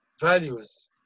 values